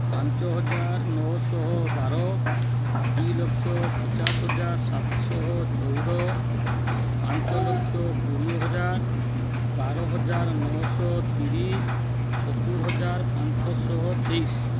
ପାଞ୍ଚ ହଜାର ନଅଶହ ବାର ଦୁଇ ଲକ୍ଷ ପଚାଶ ହଜାର ସାତଶହ ଚଉଦ ପାଞ୍ଚ ଲକ୍ଷ କୋଡ଼ିଏ ହଜାର ବାର ହଜାର ନଅଶହ ତିରିଶ ସତୁରୀ ହଜାର ପାଞ୍ଚଶହ ତେଇଶ